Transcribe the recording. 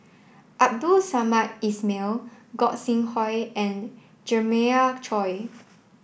Abdul Samad Ismail Gog Sing Hooi and Jeremiah Choy